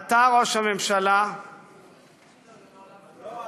אתה, ראש הממשלה, לא,